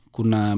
Kuna